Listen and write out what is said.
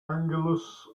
angelus